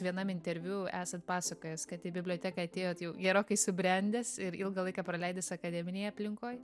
vienam interviu esat pasakojęs kad į biblioteką atėjot jau gerokai subrendęs ir ilgą laiką praleidęs akademinėje aplinkoj